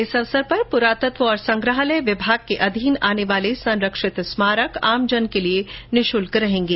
इस अवसर पर पुरातत्व और संग्रहालय विभाग के अधीन आने वाले संरक्षित स्मारक आमजन के लिए निःशुल्क रहेंगे